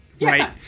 right